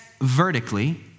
vertically